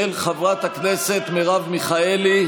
של חברת הכנסת מרב מיכאלי.